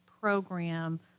program